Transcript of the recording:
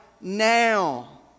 now